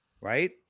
Right